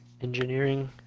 engineering